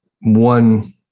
one